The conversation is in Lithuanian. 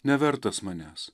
nevertas manęs